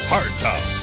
Hardtop